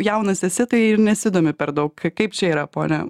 jaunas esi tai ir nesidomi per daug kaip čia yra pone